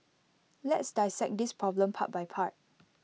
let's dissect this problem part by part